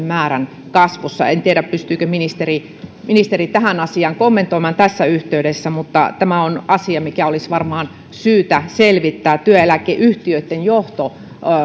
määrän kasvussa en tiedä pystyykö ministeri ministeri tähän asiaan kommentoimaan tässä yhteydessä mutta tämä on asia mikä olisi varmaan syytä selvittää työeläkeyhtiöiden johto